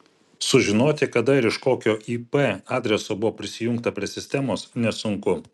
sužinoti kada ir iš kokio ip adreso buvo prisijungta prie sistemos nesunku